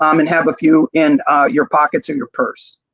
um and have a few in your pockets in your purse.